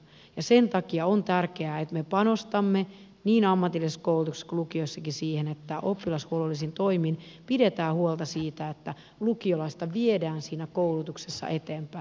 ja sen takia on tärkeää että me panostamme niin ammatillisessa koulutuksessa kuin lukioissakin siihen että oppilashuollollisin toimin pidetään huolta siitä että lukiolaista viedään siinä koulutuksessa eteenpäin